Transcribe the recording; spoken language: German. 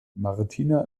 martina